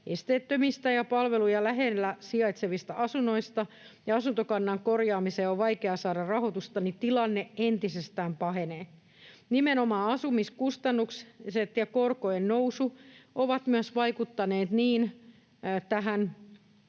esteettömistä ja palvelujen lähellä sijaitsevista asunnoista ja asuntokannan korjaamiseen on vaikea saada rahoitusta, joten tilanne entisestään pahenee. Myös asumiskustannukset ja korkojen nousu ovat vaikuttaneet kohtuuhintaiseen